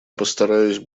постараюсь